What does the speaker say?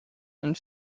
and